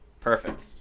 Perfect